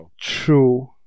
True